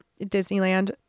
Disneyland